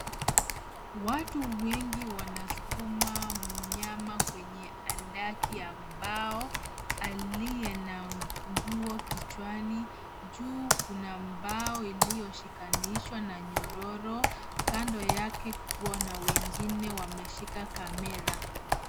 Watu wengi wanaskuma mnyama kwenye handaki ya mbao aliye na nguo kichwani. Juu kuna mbao iliyoshikanishwa na nyororo. Kando yake kuwa na wengine wameshika kamera.